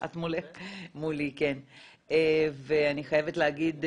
אני חייבת להגיד,